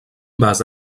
base